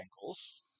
angles